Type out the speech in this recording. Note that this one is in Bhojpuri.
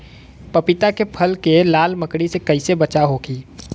पपीता के फल के लाल मकड़ी से कइसे बचाव होखि?